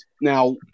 now